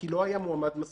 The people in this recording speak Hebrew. כי לא היה מועמד מתאים,